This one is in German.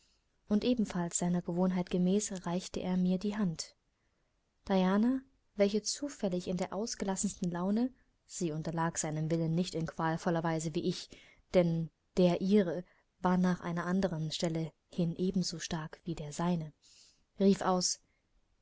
und ebenfalls seiner gewohnheit gemäß reichte er mir die hand diana welche zufällig in der ausgelassensten laune sie unterlag seinem willen nicht in qualvoller weise wie ich denn der ihre war nach einer anderen seite hin ebenso stark wie der seine rief aus